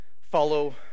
Follow